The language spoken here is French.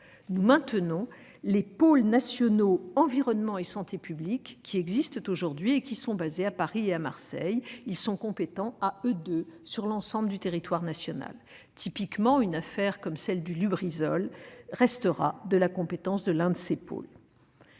nous maintenons les pôles nationaux environnement et santé publique qui existent aujourd'hui et qui sont basés à Paris et à Marseille. Ils sont compétents à eux deux sur l'ensemble du territoire national. Typiquement, une affaire comme celle de Lubrizol restera de la compétence de l'un de ces pôles.